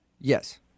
Yes